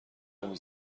نمی